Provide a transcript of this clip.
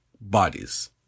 bodies